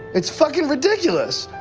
it's fucking ridiculous!